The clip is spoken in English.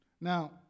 Now